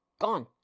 Gone